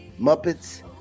Muppets